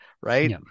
right